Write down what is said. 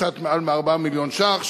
קצת מעל 104 מיליון ש"ח,